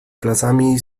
placami